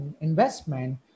investment